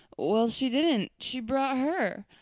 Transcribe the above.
well, she didn't. she brought her.